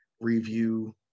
review